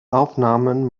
aufnahmen